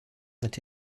that